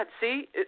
see